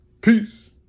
peace